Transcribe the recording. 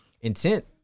intent